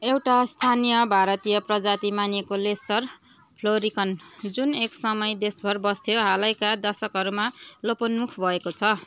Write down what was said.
एउटा स्थानीय भारतीय प्रजाति मानिएकोले सर फ्लोरिकन जुन एक समय देशभर बस्थ्यो हालैका दशकहरूमा लोपोन्मुख भएको छ